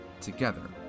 together